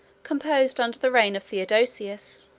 composed under the reign of theodosius,